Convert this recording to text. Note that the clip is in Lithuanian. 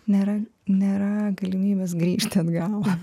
nėra nėra galimybės grįžti atgal